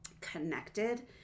connected